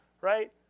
right